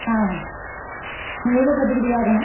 ஆ உங்களுக்கும் கட்டுப்படி ஆகணும்